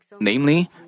Namely